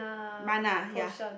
mana ya